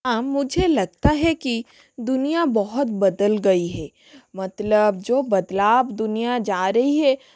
हाँ मुझे लगता है कि दुनिया बहुत बदल गई है मतलब जो बदलाव दुनिया जा रही है